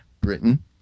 Britain